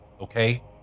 okay